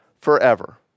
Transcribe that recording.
forever